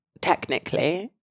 technically